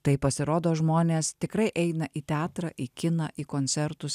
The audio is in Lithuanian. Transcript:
tai pasirodo žmonės tikrai eina į teatrą į kiną į koncertus